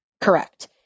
Correct